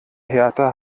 hertha